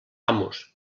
amos